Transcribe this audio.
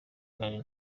carey